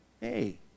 Hey